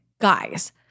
Guys